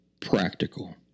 practical